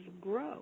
grow